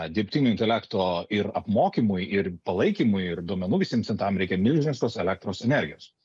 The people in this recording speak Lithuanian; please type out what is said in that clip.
dirbtinio intelekto ir apmokymui ir palaikymui ir duomenų visiem centram reikia milžiniškos elektros energijos